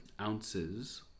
ounces